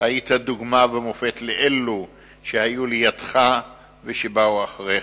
היית דוגמה ומופת לאלו שהיו לידך ושבאו אחריך.